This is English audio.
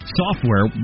software